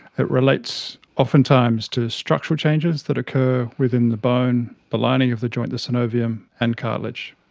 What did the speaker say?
it relates oftentimes to structural changes that occur within the bone, the lining of the joint, the synovium and cartilage.